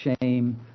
shame